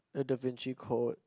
the Da-Vinci Code